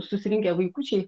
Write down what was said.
susirinkę vaikučiai